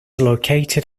located